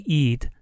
eat